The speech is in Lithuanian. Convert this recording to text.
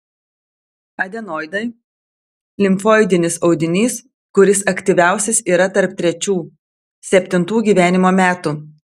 adenoidai limfoidinis audinys kuris aktyviausias yra tarp trečių septintų gyvenimo metų